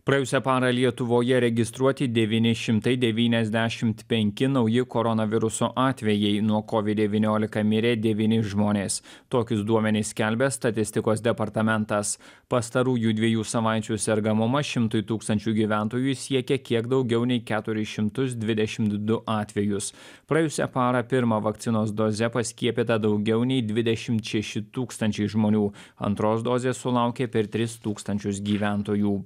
praėjusią parą lietuvoje registruoti devyni šimtai devyniasdešimt penki nauji koronaviruso atvejai nuo kovid devyniolika mirė devyni žmonės tokius duomenis skelbia statistikos departamentas pastarųjų dviejų savaičių sergamumas šimtui tūkstančių gyventojų siekia kiek daugiau nei keturis šimtus dvidešimt du atvejus praėjusią parą pirma vakcinos doze paskiepyta daugiau nei dvidešimt šeši tūkstančiai žmonių antros dozės sulaukė per tris tūkstančius gyventojų